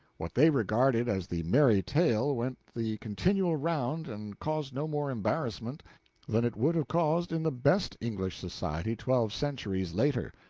what they regarded as the merry tale went the continual round and caused no more embarrassment than it would have caused in the best english society twelve centuries later.